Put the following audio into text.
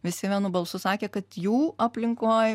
visi vienu balsu sakė kad jų aplinkoj